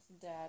Dad